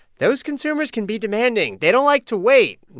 those consumers can be demanding. they don't like to wait.